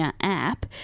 app